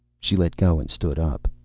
she let go and stood up.